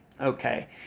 Okay